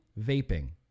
vaping